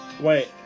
Wait